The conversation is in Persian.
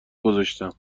گذاشتم